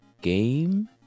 game